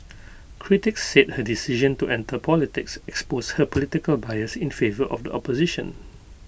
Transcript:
critics said her decision to enter politics exposed her political bias in favour of the opposition